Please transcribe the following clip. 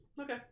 Okay